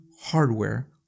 hardware